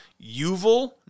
Yuval